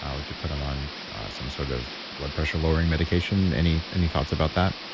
um would you put them on some sort of blood pressure lowering medication? any any thoughts about that?